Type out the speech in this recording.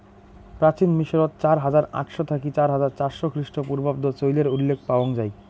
প্রাচীন মিশরত চার হাজার আটশ থাকি চার হাজার চারশ খ্রিস্টপূর্বাব্দ চইলের উল্লেখ পাওয়াং যাই